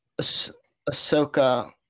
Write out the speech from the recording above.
Ahsoka